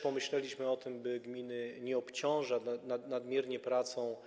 Pomyśleliśmy też o tym, by gmin nie obciążać nadmiernie pracą.